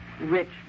rich